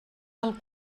del